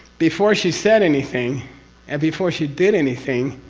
before she said anything and before she did anything,